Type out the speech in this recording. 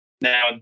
Now